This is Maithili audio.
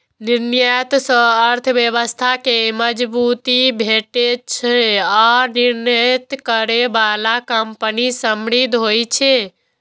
निर्यात सं अर्थव्यवस्था कें मजबूती भेटै छै आ निर्यात करै बला कंपनी समृद्ध होइ छै